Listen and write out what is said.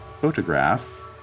photograph